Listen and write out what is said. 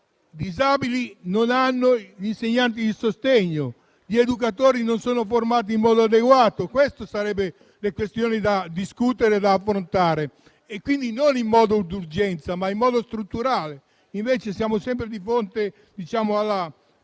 disabili non hanno gli insegnanti di sostegno e gli educatori non sono formati in modo adeguato. Queste sarebbero le questioni da discutere e da affrontare, non con urgenza, ma in modo strutturale; invece, siamo sempre di fronte